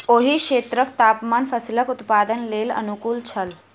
ओहि क्षेत्रक तापमान फसीलक उत्पादनक लेल अनुकूल छल